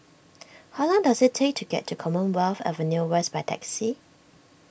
how long does it take to get to Commonwealth Avenue West by taxi